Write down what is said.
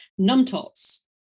Numtots